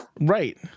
Right